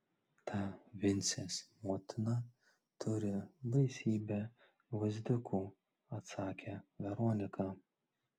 ta vincės motina turi baisybę gvazdikų atsakė veronika